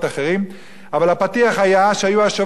אבל הפתיח היה שהיו השבוע כמה אירועים: